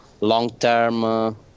long-term